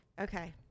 Okay